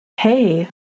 hey